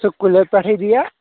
سُے کُلیو پٮ۪ٹھٕے دِیا